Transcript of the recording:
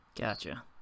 Gotcha